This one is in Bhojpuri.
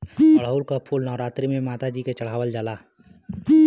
अढ़ऊल क फूल नवरात्री में माता जी के चढ़ावल जाला